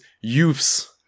youths